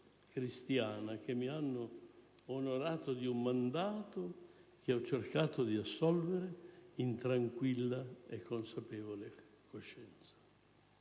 Cristiana, che mi hanno onorato di un mandato, che ho cercato di assolvere in tranquilla e consapevole coscienza.